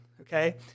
Okay